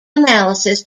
analysis